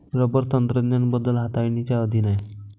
rubber तंत्रज्ञान बदल हाताळणीच्या अधीन आहे